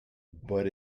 but